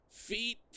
Feet